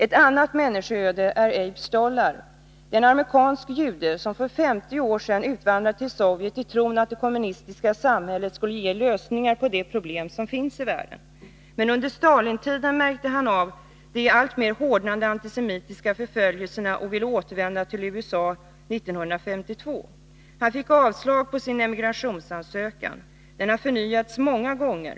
Ett annat människoöde är Abe Stollar, en amerikansk jude som för 50 år sedan utvandrade till Sovjet, i tron att det kommunistiska samhället skulle ge lösningar på de problem som finns i världen. Under Stalintiden märkte han de alltmer hårdnande antisemitiska förföljelserna och ville återvända till USA 1952, men han fick då avslag på sin emigrationsansökan. Den har sedan förnyats många gånger.